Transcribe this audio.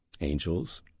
angels